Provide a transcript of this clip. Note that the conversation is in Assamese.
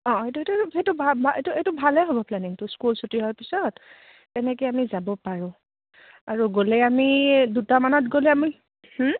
অঁ এইটো সেইটো সেইটো ভা ভা এইটো এইটো ভালেই হ'ব প্লেনিংটো স্কুল ছুটি হোৱাৰ পিছত তেনেকৈ আমি যাব পাৰোঁ আৰু গ'লে আমি দুটামানত গ'লে আমি